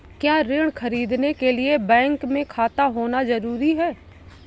क्या ऋण ख़रीदने के लिए बैंक में खाता होना जरूरी है?